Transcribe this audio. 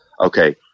okay